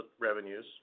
revenues